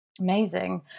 amazing